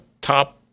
top